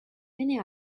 many